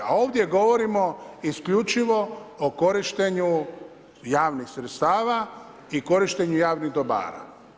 A ovdje govorimo isključivo o korištenju javnih sredstava i korištenju javnih dobara.